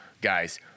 guys